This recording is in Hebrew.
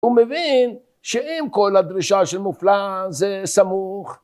הוא מבין שעם כל הדרישה של מופלא זה סמוך.